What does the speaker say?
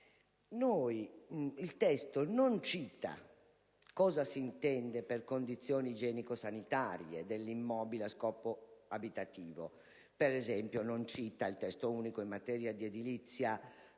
non viene specificato cosa si intenda per condizioni igienico-sanitarie dell'immobile a scopo abitativo. Ad esempio, non si cita il Testo unico in materia di edilizia